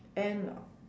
and